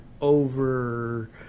over